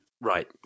Right